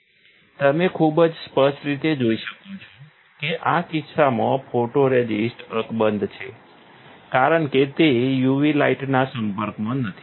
તમે ખૂબ જ સ્પષ્ટ રીતે જોઈ શકો છો કે આ કિસ્સામાં ફોટોરઝિસ્ટ અકબંધ છે કારણ કે તે UV લાઇટના સંપર્કમાં નથી